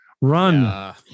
run